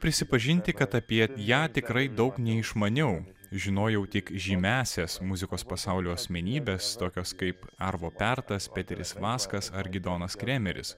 prisipažinti kad apie ją tikrai daug neišmaniau žinojau tik žymiąsias muzikos pasaulio asmenybes tokios kaip arvo pertas peteris vaskas ar gidonas kremeris